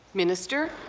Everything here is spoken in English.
minister?